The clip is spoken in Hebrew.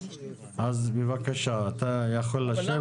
אז בבקשה, אתה יכול לשבת.